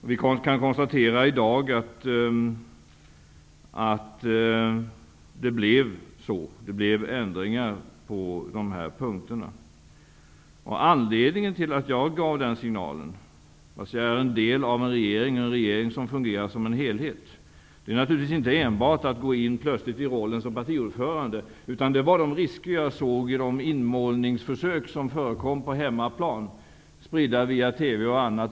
I dag kan vi konstatera att det blev ändringar på dessa punkter. Anledningen till att jag gav den signalen trots att jag är en del av en regering som fungerar som en helhet, är naturligtvis inte enbart för att plötsligt gå in i rollen som partiordförande, utan de risker som jag såg i de inmålningsförsök som förekom på hemmaplan spridda via TV och annat.